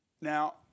Now